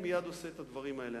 אני מייד עושה את הדברים האלה.